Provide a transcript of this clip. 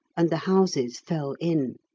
and the houses fell in.